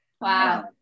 Wow